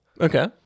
Okay